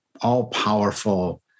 all-powerful